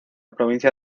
provincia